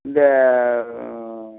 இந்த